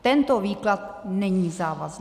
Tento výklad není závazný.